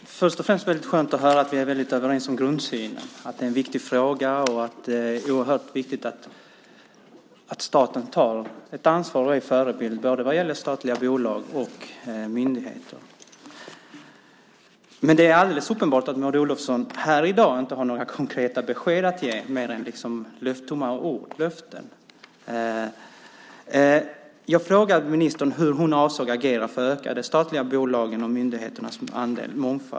Herr talman! Det är först och främst skönt att höra att vi är överens om grundsynen, nämligen att det är en viktig fråga och att det är oerhört viktigt att staten tar ett ansvar och är en förebild för statliga bolag och myndigheter. Men det är alldeles uppenbart att Maud Olofsson i dag inte har några konkreta besked att ge mer än tomma ord och tomma löften. Jag frågade ministern hur hon avsåg att agera för att öka mångfalden i de statliga bolagen och myndigheterna.